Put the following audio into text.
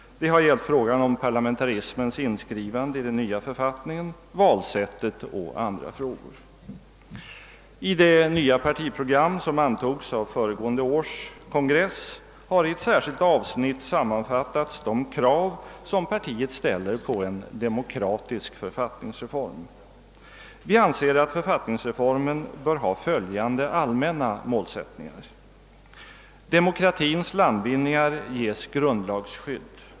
Det har gällt frågan om parlamentarismens inskrivande i den nya författningen, valsättet och andra frågor. I det nya partiprogram som antogs av föregående års partikongress har i ett särskilt avsnitt sammanfattats de krav partiet ställer på en demokratisk författningsreform. Vi anser att författningsreformen bör ha följande allmänna målsättningar: Demokratins landvinningar ges grundlagsskydd.